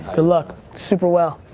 good luck. super well.